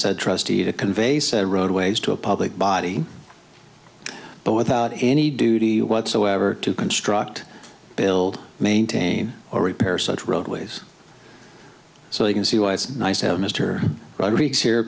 said trustee to convey said roadways to a public body but without any duty whatsoever to construct build maintain or repair such roadways so they can see why it's nice to have mr rodriguez here